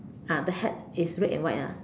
ah the hat is red and white ah